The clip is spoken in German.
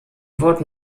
wurde